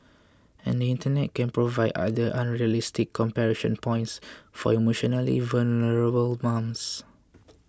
and the Internet can provide other unrealistic comparison points for emotionally vulnerable mums